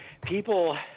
people